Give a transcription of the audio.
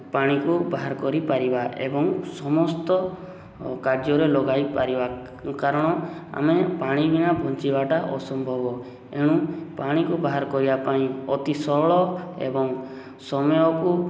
ପାଣିକୁ ବାହାର କରିପାରିବା ଏବଂ ସମସ୍ତ କାର୍ଯ୍ୟରେ ଲଗାଇ ପାରିବା କାରଣ ଆମେ ପାଣି ବିନା ବଞ୍ଚିବାଟା ଅସମ୍ଭବ ଏଣୁ ପାଣିକୁ ବାହାର କରିବା ପାଇଁ ଅତି ସରଳ ଏବଂ ସମୟକୁ